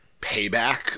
payback